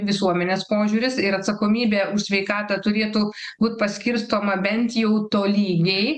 visuomenės požiūris ir atsakomybė už sveikatą turėtų būt paskirstoma bent jau tolygiai